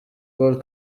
paul